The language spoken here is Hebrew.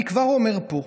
אני כבר אומר פה,